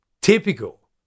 typical